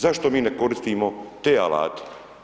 Zašto mi ne koristimo te alate?